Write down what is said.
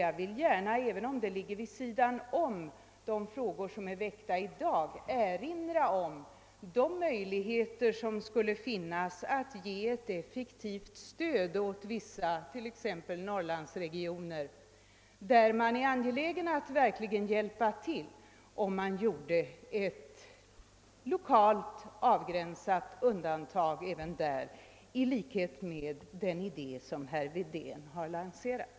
Jag vill nämligen, även om det ligger vid sidan av de frågor som vi i dag diskuterar, erinra om att det skulle finnas möjligheter att ge ett effektivt stöd åt t.ex. vissa Norrlandsregioner, som man verkligen vill satsa på, genom ett lokalt avgränsat undantag i enlighet med den idé som herr Wedén har lanserat.